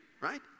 right